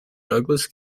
douglass